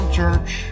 church